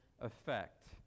effect